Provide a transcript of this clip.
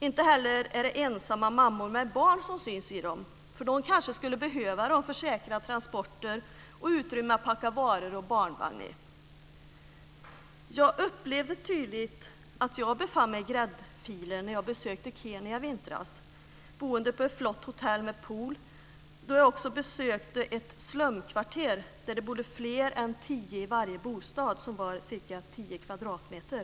Inte heller är det ensamma mammor med barn som syns i dem. De kanske skulle behöva dem för säkra transporter och för att få utrymme att packa varor och barnvagn i. Jag upplevde tydligt att jag befann mig i gräddfilen när jag besökte Kenya i vintras, boende på ett flott hotell med pool. Jag besökte också ett slumkvarter där det bodde fler än tio i varje bostad, som var ca 10 kvadratmeter.